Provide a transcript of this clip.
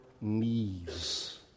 knees